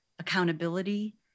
accountability